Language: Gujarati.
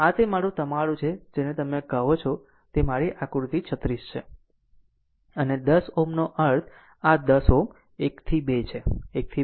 આમ આ તે મારું તમારું છે જેને તમે કહો છો તે મારી આકૃતિ 36 છે અને 10 Ω નો અર્થ આ 10 Ω 1 થી 2 છે